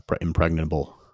impregnable